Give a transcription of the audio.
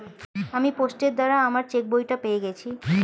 আমি পোস্টের দ্বারা আমার চেকবইটা পেয়ে গেছি